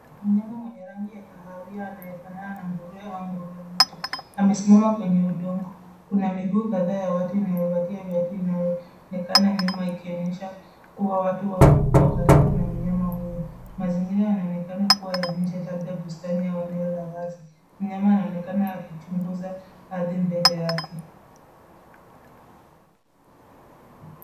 Mnyama mwenye rangi ya kahawia anayefanana na nguruwe au nguruwe mwitu amesimama kwenye udongo. Kuna miguu kadhaa ya watu inayovalia viatu inaonekana nyuma ikionyesha kuwa watu wako karibu na mnyama huyo. Mazingira yanaonekana kuwa ya nje labda bustani au eneo la wazi. Mnyama anaonekana akichunguza ardhi mbele yake.